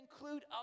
include